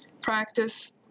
practice